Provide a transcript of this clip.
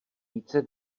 více